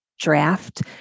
draft